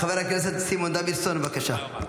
חבר הכנסת סימון דוידסון, בבקשה.